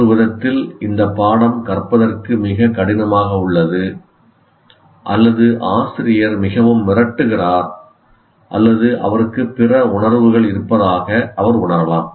ஒரு விதத்தில் இந்த பாடம் கற்பதற்கு மிக கடினமாக உள்ளது அல்லது ஆசிரியர் மிகவும் மிரட்டுகிறார் அல்லது அவருக்கு பிற உணர்வுகள் இருப்பதாக அவர் உணரலாம்